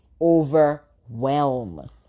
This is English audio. overwhelm